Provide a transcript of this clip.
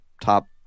top